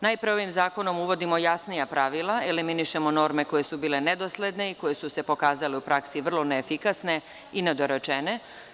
Najpre ovim zakonom uvodimo jasnija pravila, eliminišemo norme koje su bile nedosledne i koje su se pokazale u praksi vrlo neefikasne i nedorečene.